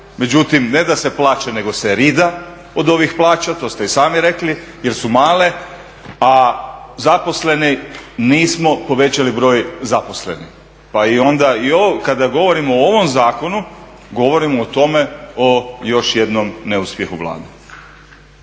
Međutim, ne da se plaće, nego se rida od ovih plaća. To ste i sami rekli jer su male, a zaposleni nismo povećali broj zaposlenih. Pa i onda i kada govorimo o ovom zakonu govorimo o tome o još jednom neuspjehu Vlade.